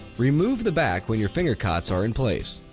remove the back when your finger cots are in place.